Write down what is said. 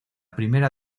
primera